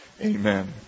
Amen